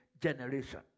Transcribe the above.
generation